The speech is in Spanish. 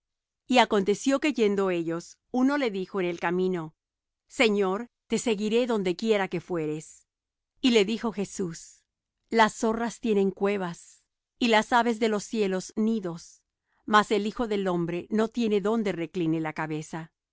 y aconteció que yendo ellos uno le dijo en el camino señor te seguiré donde quiera que fueres y le dijo jesús las zorras tienen cuevas y las aves de los cielos nidos mas el hijo del hombre no tiene donde recline la cabeza